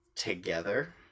together